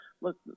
look